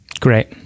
Great